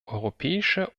europäische